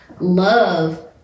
love